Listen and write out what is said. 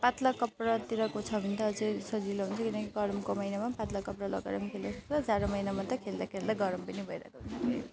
पात्ला कपडातिरको छ भने त अझै सजिलो हुन्छ किनकि गरमको महिनामा पातला कपडा लगाएर पनि जाडो महिनामा त खेल्दा खेल्दा गरम पनि भइरहेको हुन्छ है